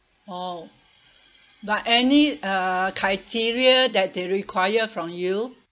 oh but any uh criteria that they require from you